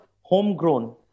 homegrown